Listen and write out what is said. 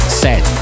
set